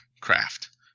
craft